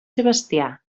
sebastià